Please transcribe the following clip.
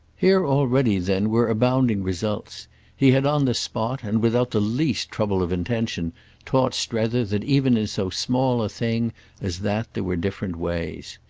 here already then were abounding results he had on the spot and without the least trouble of intention taught strether that even in so small a thing as that there were different ways.